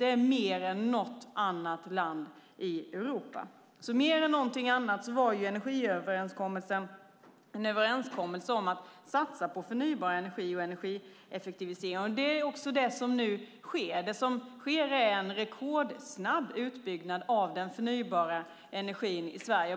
Det är mer än något annat land i Europa. Mer än någonting annat var energiöverenskommelsen en överenskommelse om att satsa på förnybar energi och energieffektivisering. Det är också det som nu sker. Det som sker är en rekordsnabb utbyggnad av den förnybara energin i Sverige.